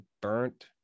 burnt